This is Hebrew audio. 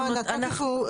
לא צריך "על אף".